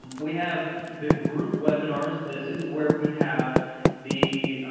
um we have the groove webinars. this is where we have the,